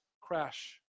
crash